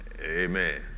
Amen